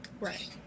Right